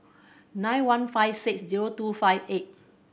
nine one five six zero two five eight